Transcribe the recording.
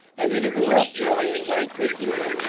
and in a glow of joy and right good-humour,